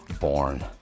born